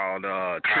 called